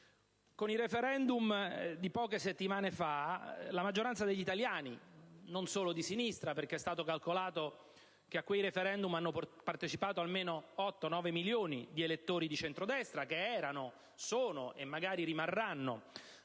Con i *referendum* di poche settimane fa la maggioranza degli italiani (non solo di sinistra, perché è stato calcolato che a quei *referendum* hanno partecipato almeno 8-9 milioni di elettori di centrodestra, che erano, sono e magari rimarranno